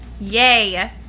Yay